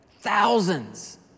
Thousands